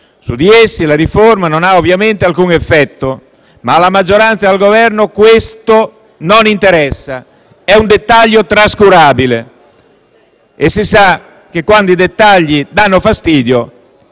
Su di essi la riforma non ha ovviamente alcun effetto, ma alla maggioranza e al Governo questo non interessa, è un dettaglio trascurabile e si sa che, quando i dettagli danno fastidio,